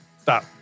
Stop